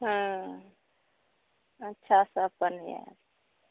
हँ अच्छासँ अपन आएब